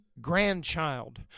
grandchild